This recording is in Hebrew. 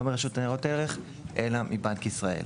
מהרשות לניירות ערך אלא מבנק ישראל.